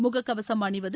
முகக்கவசம் அணிவது